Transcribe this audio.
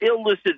illicit